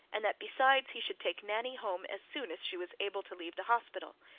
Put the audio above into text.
and that, besides, he should take nanny home as soon as she was able to leave the hospital,